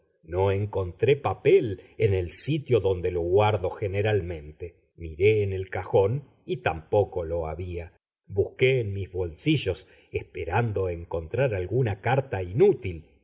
no encontré papel en el sitio donde lo guardo generalmente miré en el cajón y tampoco lo había busqué en mis bolsillos esperando encontrar alguna carta inútil